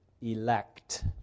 elect